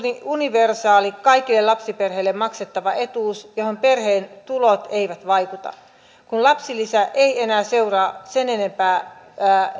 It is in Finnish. universaali kaikille lapsiperheille maksettava etuus johon perheen tulot eivät vaikuta kun lapsilisä ei enää seuraa sen enempää